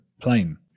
plane